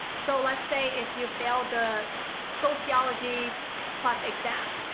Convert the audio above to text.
so, let's say if you fail the sociology clep exam.